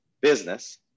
business